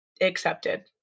accepted